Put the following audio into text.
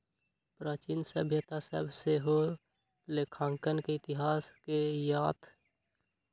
प्राचीन सभ्यता सभ से सेहो लेखांकन के इतिहास के थाह चलइ छइ